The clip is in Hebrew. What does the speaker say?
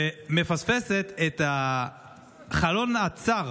ומפספסת את החלון הצר